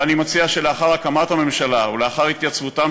ואני מציע שלאחר הקמת הממשלה ולאחר התייצבותם